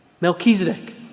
Melchizedek